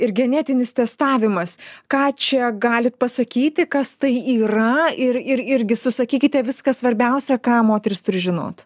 ir genetinis testavimas ką čia galit pasakyti kas tai yra ir ir irgi susakykite viską svarbiausia ką moteris turi žinot